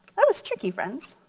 that was tricky, friends.